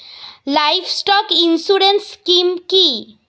Livestock insurance scheme কি?